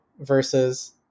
versus